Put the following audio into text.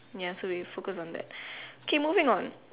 ya so we focus on that okay moving on